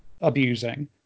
abusing